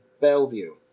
Bellevue